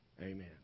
Amen